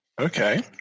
Okay